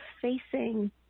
facing